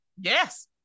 Yes